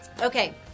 Okay